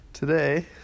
Today